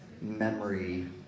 memory